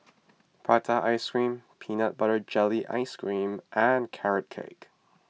Prata Ice Cream Peanut Butter Jelly Ice Cream and Carrot Cake